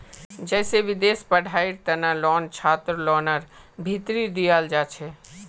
जैसे विदेशी पढ़ाईयेर तना लोन छात्रलोनर भीतरी दियाल जाछे